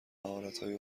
مهارتهای